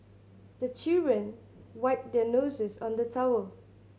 the children wipe their noses on the towel